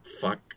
Fuck